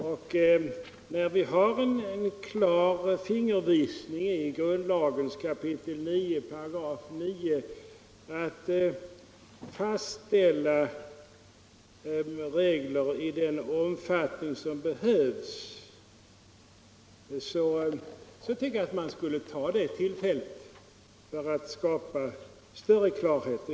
Eftersom det finns en klar fingervisning i grundlagens 9 kap. 9 § att vi kan fastställa regler ”i den omfattning som behövs”, tycker jag att man skall ta det tillfället för att skapa större klarhet.